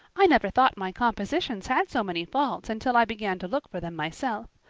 i never thought my compositions had so many faults until i began to look for them myself.